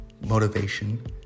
Motivation